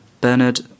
Bernard